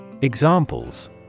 Examples